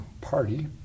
party